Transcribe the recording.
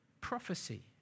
Prophecy